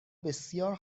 بسیار